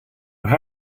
how